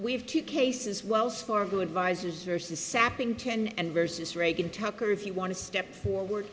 we have two cases wells fargo advisors vs sapping ten and versus reagan tucker if you want to step forward